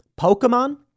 Pokemon